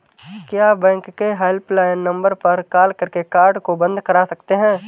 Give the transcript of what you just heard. क्या बैंक के helpline number पर कॉल करके कार्ड को बंद करा सकते हैं?